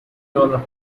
dollar